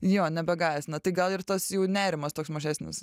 jo nebegąsdina tai gal ir tas jų nerimas toks mažesnis